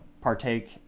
partake